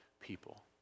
people